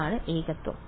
അതാണ് ഏകത്വം